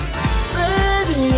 Baby